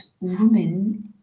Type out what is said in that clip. women